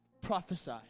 prophesy